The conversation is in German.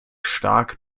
stark